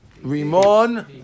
Rimon